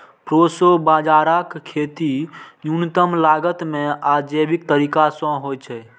proso बाजाराक खेती न्यूनतम लागत मे आ जैविक तरीका सं होइ छै